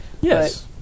Yes